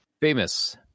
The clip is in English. Famous